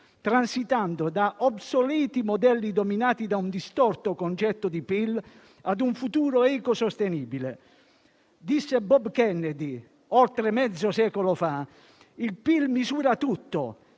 transitando da obsoleti modelli dominati da un distorto concetto di PIL ad un futuro ecosostenibile. Bob Kennedy oltre mezzo secolo fa disse che «il PIL misura tutto,